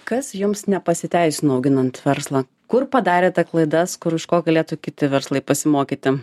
kas jums nepasiteisino auginant verslą kur padarėte klaidas kur iš ko galėtų kiti verslai pasimokyti